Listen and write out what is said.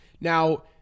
Now